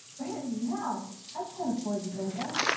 randy, how? i can't afford to go there.